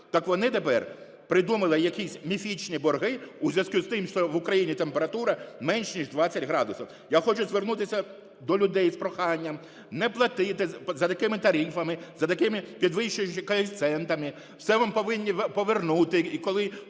так вони тепер придумали якісь міфічні борги у зв'язку з тим, що в Україні температура менш ніж 20 градусів. Я хочу звернутися до людей із проханням: не платити за такими тарифами, за такими підвищеними коефіцієнтами, все вам повинні повернути.